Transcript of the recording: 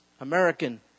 American